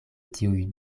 tiuj